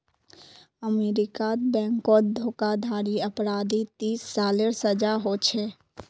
अमेरीकात बैनकोत धोकाधाड़ी अपराधी तीस सालेर सजा होछे